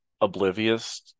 oblivious